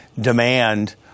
demand